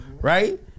Right